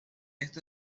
esta